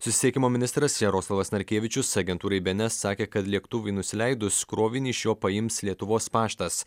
susisiekimo ministras jaroslavas narkevičius agentūrai bns sakė kad lėktuvui nusileidus krovinį iš jo paims lietuvos paštas